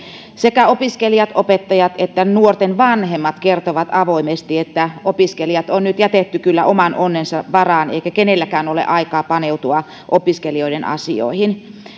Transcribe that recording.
sekä opiskelijat opettajat että nuorten vanhemmat kertovat avoimesti että opiskelijat on nyt kyllä jätetty oman onnensa varaan eikä kenelläkään ole aikaa paneutua opiskelijoiden asioihin